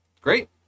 great